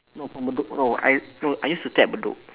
no from bedok no I no I used to stay at bedok